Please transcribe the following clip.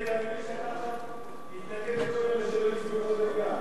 אני מבין שעכשיו אתה מתנגד לכל אלה שלא הצביעו בעד.